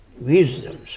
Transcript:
wisdoms